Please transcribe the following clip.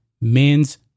men's